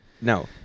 no